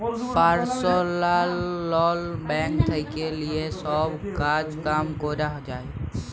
personal loan bank থেক্যে লিয়ে সব কাজ কাম ক্যরা যায়